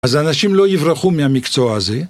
אז האנשים לא יברחו מהמקצוע הזה